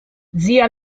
zia